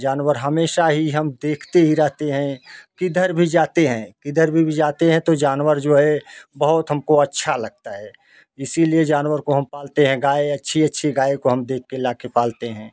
जानवर हमेशा ही हम देखते ही रहते हैं किधर भी जाते हैं किधर में भी जाते है तो जानवर जो है बहुत हमको अच्छा लगता है इसलिए जानवर को पालते है गाय अच्छी अच्छी गाय को देके लाके पालते है